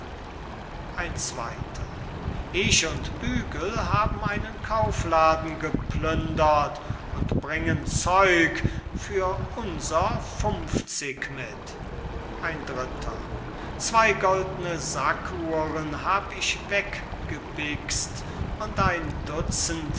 ein zweyter ich und bügel haben einen kaufladen geplündert und bringen zeug für unser funfzig mit ein dritter zwey gold'ne sackuhren hab ich weggebixt und ein dutzend